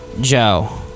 Joe